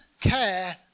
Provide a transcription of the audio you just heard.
care